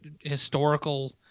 historical